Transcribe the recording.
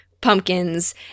pumpkins